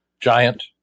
Giant